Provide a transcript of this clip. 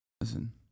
Listen